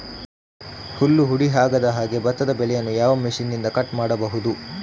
ಹುಲ್ಲು ಹುಡಿ ಆಗದಹಾಗೆ ಭತ್ತದ ಬೆಳೆಯನ್ನು ಯಾವ ಮಿಷನ್ನಿಂದ ಕಟ್ ಮಾಡಬಹುದು?